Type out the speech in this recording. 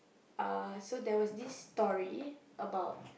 uh so there was this story about